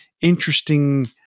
interesting